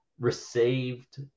received